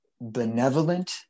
benevolent